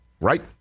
right